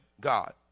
God